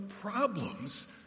problems